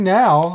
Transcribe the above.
now